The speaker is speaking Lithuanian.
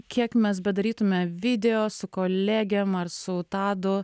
kiek mes bedarytume video su kolegėm ar su tadu